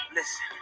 Listen